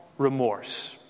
Remorse